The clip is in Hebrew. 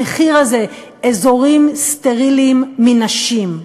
המחיר הזה: אזורים סטריליים מנשים.